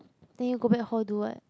then you go back hall do what